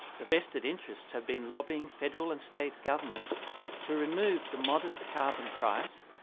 the vested interests have been lobbying federal and state governments to remove the modest carbon price,